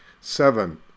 Seven